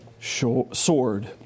sword